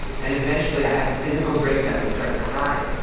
and eventually i had a physical break down and started crying.